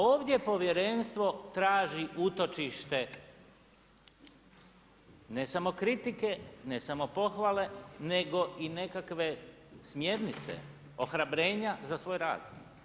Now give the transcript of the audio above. Ovdje povjerenstvo traži utočište, ne samo kritike, ne samo pohvale nego i nekakve smjernice, ohrabrenja za svoj rad.